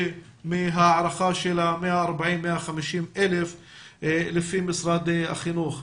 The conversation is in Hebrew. מההערכה של 150,000-140,000 לפי משרד החינוך.